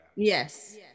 Yes